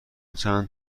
چند